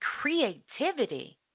creativity